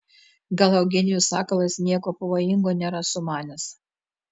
gal eugenijus sakalas nieko pavojingo nėra sumanęs